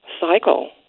cycle